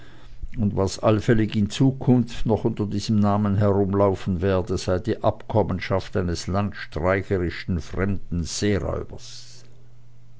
und was allfällig in zukunft noch unter diesem namen herumlaufen werde sei die abkommenschaft eines landstreicherischen fremden seeräubers